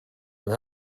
and